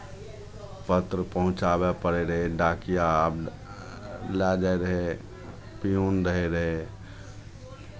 पत्र पहुँचाबय पड़ै रहै डाकिया लऽ जाइ रहै पिउन रहै रहै